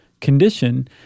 condition